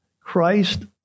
Christ